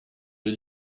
les